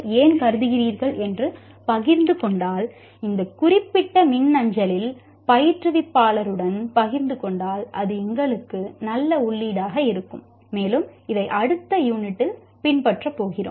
ஏ பின்பற்றப் போகிறோம்